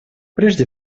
прежде